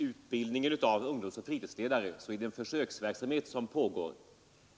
Herr talman! I fråga om utbildningen av ungdomsoch fritidsledare är det en försöksverksamhet som pågår.